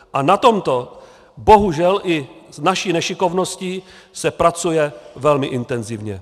A na tomto bohužel i s naší nešikovností se pracuje velmi intenzivně.